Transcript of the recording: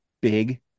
big